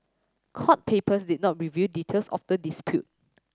court papers did not reveal details of the dispute